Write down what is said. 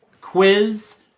quiz